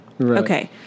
Okay